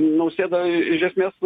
nausėda iš esmės